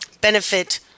benefit